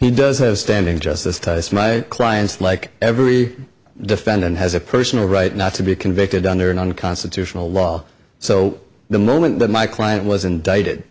he does have standing justice ties for my clients like every defendant has a personal right not to be convicted under an unconstitutional law so the moment that my client was indicted